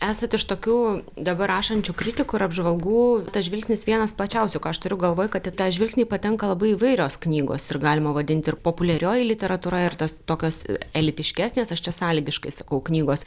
esat iš tokių dabar rašančių kritikų ir apžvalgų tas žvilgsnis vienas plačiausių ką aš turiu galvoj kad į tą žvilgsnį patenka labai įvairios knygos ir galima vadinti ir populiarioji literatūra ir tos tokios elitiškesnės aš čia sąlygiškai sakau knygos